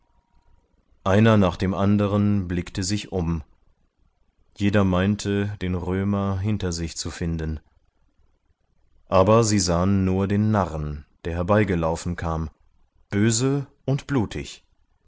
einer nach dem anderen blickte sich um jeder meinte den römer hinter sich zu finden aber sie sahen nur den narren der herbeigelaufen kam böse und blutig